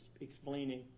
explaining